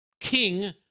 king